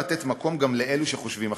לתת מקום גם לאלו שחושבים אחרת.